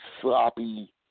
sloppy